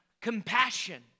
Compassion